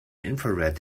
infrared